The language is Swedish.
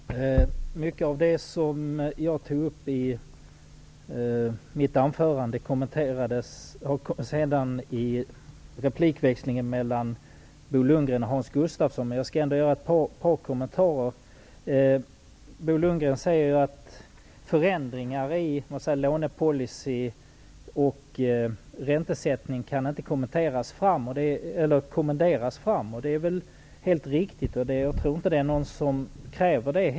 Herr talman! Mycket av det som jag tog upp i mitt anförande har kommenterats i replikväxlingen mellan Bo Lundgren och Hans Gustafsson, men jag skall ändå göra ett par kommentarer. Bo Lundgren säger att förändringar i lånepolicy och räntesättning inte kan kommenderas fram. Det är helt riktigt -- jag tror inte heller att någon kräver det.